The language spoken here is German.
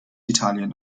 italien